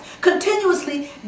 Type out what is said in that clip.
continuously